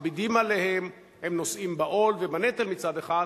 מכבידים עליהם, הם נושאים בעול ובנטל, מצד אחד,